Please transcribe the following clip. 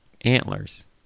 Antlers